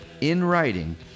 in-writing